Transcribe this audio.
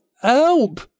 Help